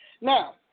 Now